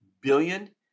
billion